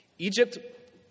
Egypt